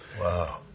Wow